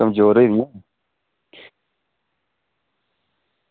कमजोर होई गेदियां नी